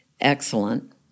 excellent